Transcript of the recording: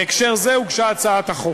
בהקשר זה הוגשה הצעת החוק.